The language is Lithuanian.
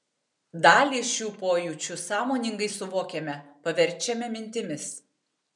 dalį šių pojūčių sąmoningai suvokiame paverčiame mintimis